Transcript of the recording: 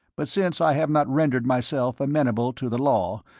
but since i have not rendered myself amenable to the law,